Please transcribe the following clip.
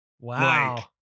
wow